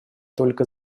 только